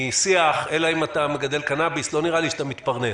משיח אלא אם כן אתה מגדל קנאביס, לא נראה לי שאתה מתפרנס.